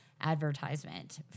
advertisement